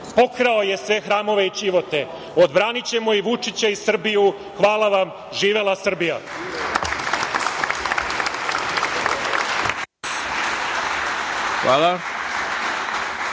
pokrao je sve hramove i ćivote. Odbranićemo i Vučića i Srbiju. Hvala vam, živela Srbija.